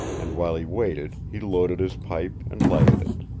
and while he waited he loaded his pipe and lighted it.